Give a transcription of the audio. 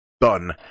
done